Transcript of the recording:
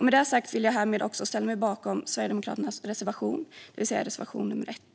Med det sagt vill jag ställa mig bakom Sverigedemokraternas reservation, det vill säga reservation nummer 1.